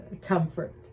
comfort